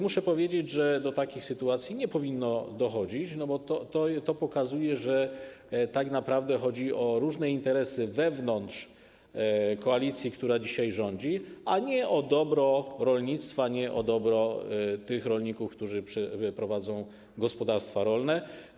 Muszę powiedzieć, że do takich sytuacji nie powinno dochodzić, bo to pokazuje, że tak naprawdę chodzi o różne interesy wewnątrz koalicji, która dzisiaj rządzi, a nie o dobro rolnictwa, nie o dobro tych rolników, którzy prowadzą gospodarstwa rolne.